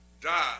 die